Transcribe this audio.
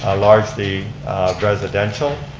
ah largely residential.